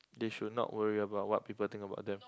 they should not worry about what people think about them